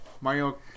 Mario